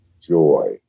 joy